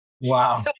Wow